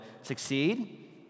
succeed